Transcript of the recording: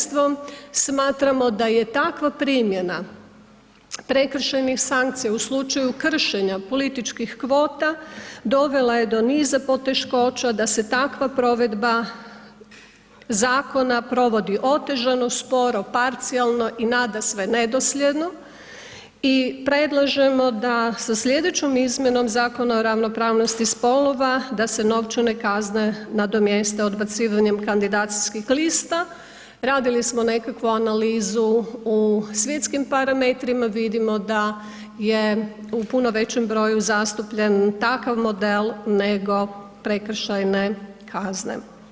Smatramo da je takva primjena prekršajnih sankcija u slučaju kršenja političkih kvota, dovela je do niza poteškoća, da se takva provedba zakona provodi otežano, sporo, parcijalno i nadasve nedosljedno i predlažemo da sa sljedećom izmjenom Zakona o ravnopravnosti spolova, da se novčane kazne nadomjeste odbacivanjem kandidacijskih lista, radili smo nekakvu analizu u svjetskim parametrima, vidimo da je u puno većem broju zastupljen takav model nego prekršajne kazne.